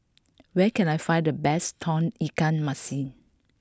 where can I find the best Tauge Ikan Masin